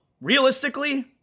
realistically